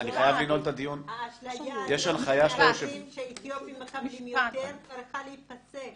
האשליה הזאת שאתיופים מקבלים יותר צריכה להיפסק.